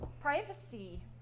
privacy